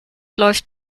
läuft